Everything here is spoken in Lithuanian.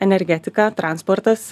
energetika transportas